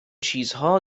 چیزها